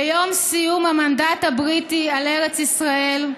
ביום סיום המנדט הבריטי על ארץ ישראל,